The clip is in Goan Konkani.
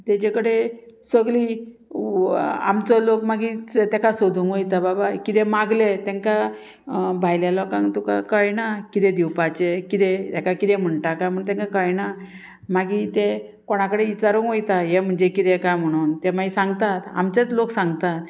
तेजे कडे सगली आमचो लोक मागीर तेका सोदूंक वयता बाबा किदें मागले तेंकां भायल्या लोकांक तुका कळना कितें दिवपाचें किदें हेका कितें म्हणटा काय म्हण तेंका कळना मागीर ते कोणाकडेन इचारूंक वयता हे म्हणजे कितें काय म्हणून ते मागीर सांगतात आमचेच लोक सांगतात